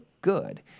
good